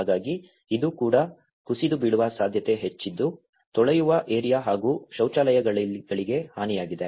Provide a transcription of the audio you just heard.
ಹಾಗಾಗಿ ಇದು ಕೂಡ ಕುಸಿದು ಬೀಳುವ ಸಾಧ್ಯತೆ ಹೆಚ್ಚಿದ್ದು ತೊಳೆಯುವ ಏರಿಯಾ ಹಾಗೂ ಶೌಚಾಲಯಗಳಿಗೆ ಹಾನಿಯಾಗಿದೆ